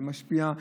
זה משפיע,